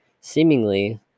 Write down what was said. Seemingly